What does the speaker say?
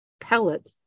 pellet